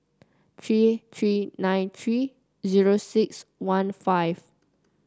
three three nine three zero six one five